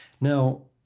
Now